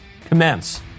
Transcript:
commence